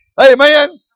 Amen